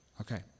Okay